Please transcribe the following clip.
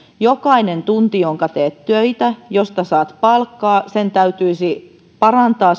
jokaisen tunnin jonka teet töitä josta saat palkkaa täytyisi parantaa